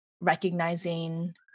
recognizing